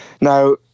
Now